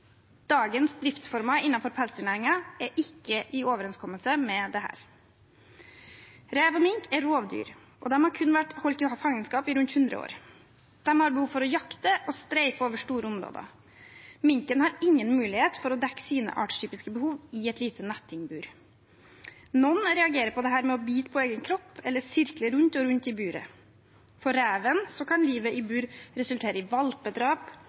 Dagens driftsformer innenfor pelsdyrnæringen er ikke i overensstemmelse med dette. Rev og mink er rovdyr, og de har kun vært holdt i fangenskap i rundt 100 år. De har behov for å jakte og streife over store områder. Minken har ingen mulighet for å dekke sine artstypiske behov i et lite nettingbur. Noen reagerer på dette med å bite på egen kropp eller sirkle rundt og rundt i buret. For reven kan livet i bur resultere i valpedrap,